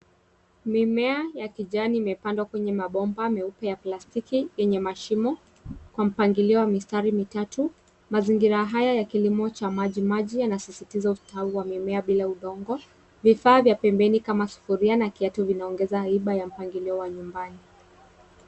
Mimea ya kijani imepandwa kwenye mabomba meupe ya plastiki, yenye mashimo, kwa mpangilio wa mistari mitatu. Mazingira haya ya kilimo cha maji maji yanasisitiza ustawi wa mimea bila udongo. Vifaa vya pembeni kama sufuria na kiatu vinaongezeka aiba ya mpangilio wa nyumbani.